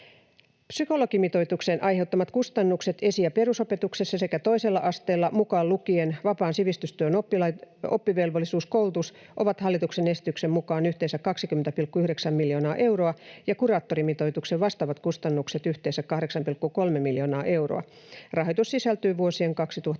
Psykologimitoituksen aiheuttamat kustannukset esi‑ ja perusopetuksessa sekä toisella asteella mukaan lukien vapaan sivistystyön oppivelvollisuuskoulutus ovat hallituksen esityksen mukaan yhteensä 20,9 miljoonaa euroa ja kuraattorimitoituksen vastaavat kustannukset yhteensä 8,3 miljoonaa euroa. Rahoitus sisältyy vuosien 2021—2023